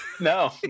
No